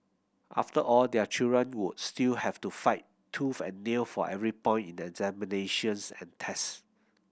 after all their children would still have to fight tooth and nail for every point in examinations and test